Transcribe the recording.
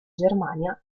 germania